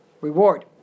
reward